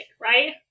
right